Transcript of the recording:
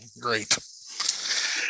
great